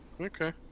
Okay